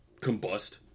combust